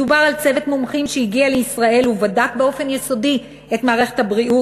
מדובר על צוות מומחים שהגיע לישראל ובדק באופן יסודי את מערכת הבריאות,